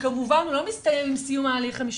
שכמובן לא מסתיים עם סיום ההליך המשפטי,